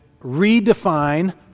redefine